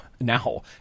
now